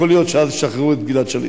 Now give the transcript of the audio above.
יכול להיות שאז ישחררו את גלעד שליט.